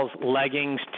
leggings